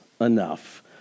enough